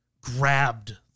grabbed